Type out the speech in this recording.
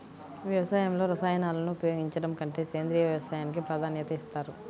వ్యవసాయంలో రసాయనాలను ఉపయోగించడం కంటే సేంద్రియ వ్యవసాయానికి ప్రాధాన్యత ఇస్తారు